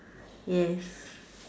yes